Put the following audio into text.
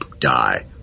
Die